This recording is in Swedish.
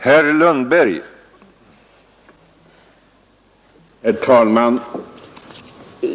Herr talman!